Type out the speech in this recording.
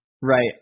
Right